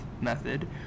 Method